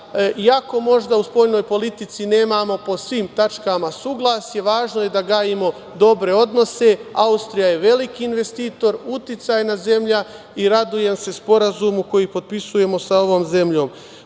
iako možda u spoljnoj politici nemamo po svim tačkama suglasje, važno je da gajimo dobre odnose, Austrija je veliki investitor, uticajna zemlja i radujem se sporazumu koji potpisujemo sa ovom zemljom.U